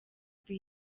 the